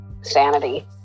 sanity